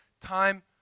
time